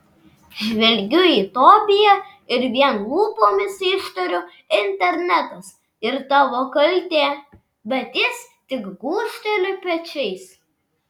žvelgiu į tobiją ir vien lūpomis ištariu internetas ir tavo kaltė bet jis tik gūžteli pečiais